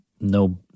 no